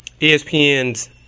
ESPN's